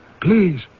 please